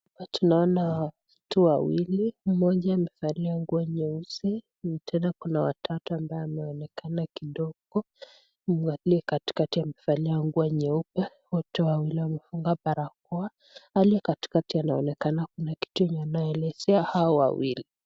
Hapa tunaona watu wawili. mmoja amevalia nguo nyesusi, tena kuna wa tatu ana ambaye anaonekana kidogo, aliye kaitkati aliyevalia nguo nyeupe, wote waiwili wamefunga barakoa, aliye katikati amevalia barakoa, aliye katikati inaonekana kuna kitu yenye anaelezea hao wawili.